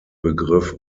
begriff